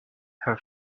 her